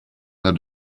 that